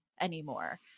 anymore